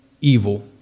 evil